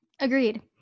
Agreed